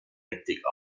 hektik